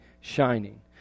shining